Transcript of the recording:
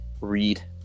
read